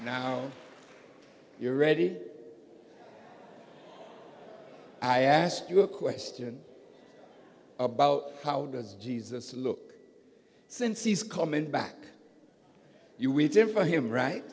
now you're ready i ask you a question about how does jesus look since he's coming back you read him for him right